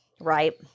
right